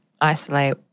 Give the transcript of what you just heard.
isolate